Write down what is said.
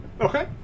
Okay